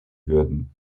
würden